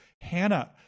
hannah